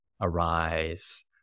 arise